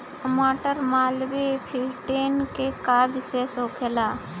मटर मालवीय फिफ्टीन के का विशेषता होखेला?